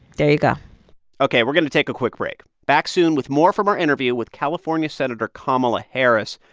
there you go ok. we're going to take a quick break. back soon with more from our interview with california senator kamala harris,